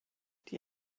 die